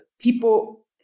people